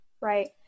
Right